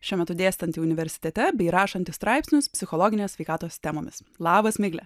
šiuo metu dėstanti universitete bei rašanti straipsnius psichologinės sveikatos temomis labas migle